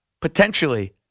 potentially